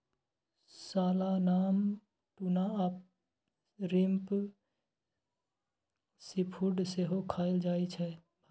salmon, tuna आ shrimp seafood सेहो खाएल जाइ छै भारत मे